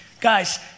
Guys